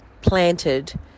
planted